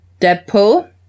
Deadpool